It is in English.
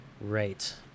Right